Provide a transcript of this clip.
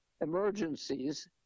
emergencies